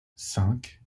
cinq